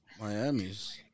Miami's